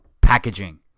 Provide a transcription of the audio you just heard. packaging